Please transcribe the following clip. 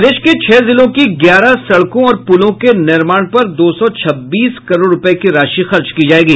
प्रदेश के छह जिलों की ग्यारह सड़कों और पुलों के निर्माण पर दो सौ छब्बीस करोड़ रूपये की राशि खर्च की जायेगी